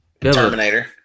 Terminator